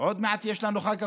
עוד מעט יש לנו חג הקורבן.